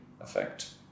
effect